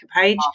page